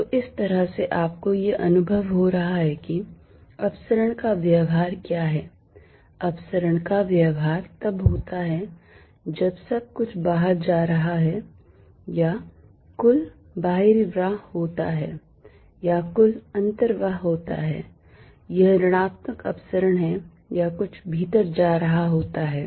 तो इस तरह से आपको यह अनुभव होता है कि अपसरण का व्यवहार क्या है अपसरण का व्यवहार तब होता है जब सब कुछ बाहर जा रहा होता है या कुल बहिर्वाह होता है या कुल अन्तर्वाह होता है यह ऋणात्मक अपसरण है या कुछ भीतर जा रहा होता है